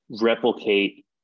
replicate